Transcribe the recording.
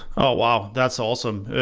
wow, that's awesome,